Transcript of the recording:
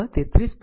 V 33